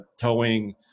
towing